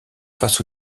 face